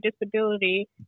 disability